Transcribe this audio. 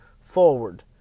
forward